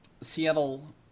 Seattle